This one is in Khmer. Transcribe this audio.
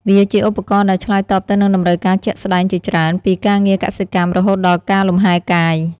វាជាឧបករណ៍ដែលឆ្លើយតបទៅនឹងតម្រូវការជាក់ស្តែងជាច្រើន ពីការងារកសិកម្ម រហូតដល់ការលំហែកាយ។